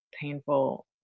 painful